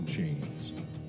Chains